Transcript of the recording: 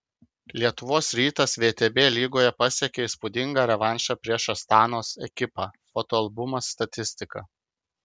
lietuvos rytas vtb lygoje pasiekė įspūdingą revanšą prieš astanos ekipą fotoalbumas statistika